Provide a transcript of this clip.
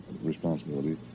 responsibility